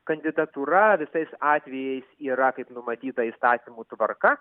kandidatūra visais atvejais yra kaip numatyta įstatymų tvarka